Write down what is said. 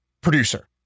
producer